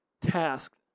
task